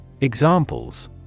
Examples